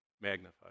Magnified